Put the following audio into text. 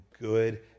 good